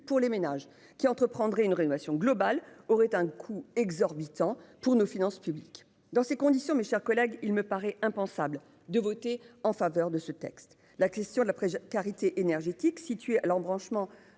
pour les ménages qui entreprendrait une rénovation globale aurait un coût exorbitant pour nos finances publiques. Dans ces conditions, mes chers collègues. Il me paraît impensable de voter en faveur de ce texte. La question de la karité énergétique située à l'embranchement